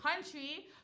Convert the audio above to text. country